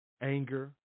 anger